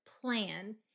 plan